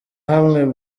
hamwe